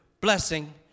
blessing